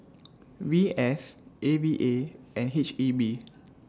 V S A V A and H E B